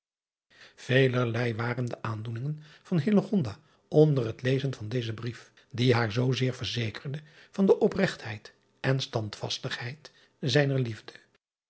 getrouwe elerlei waren de aandoeningen van onder het lezen van dezen brief die haar zoozeer verzekerde van de opregtheid en standvastigheid zijner liefde